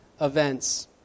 events